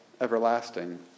everlasting